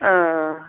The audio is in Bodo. अह